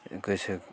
गोसो